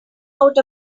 out